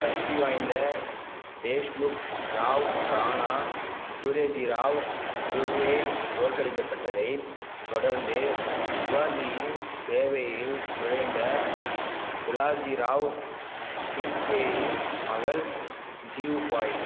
சக்திவாய்ந்த தேஷ்முக் ராவ் ராணா சூர்யஜிராவ் சுர்வே தோற்கடிக்கப்பட்டதைத் தொடர்ந்து சிவாஜியின் சேவையில் நுழைந்த பிலாஜிராவ் ஷிர்கேயின் மகள் ஜிவுபாய்